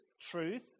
truth